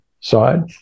side